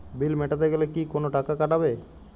বিল মেটাতে গেলে কি কোনো টাকা কাটাবে?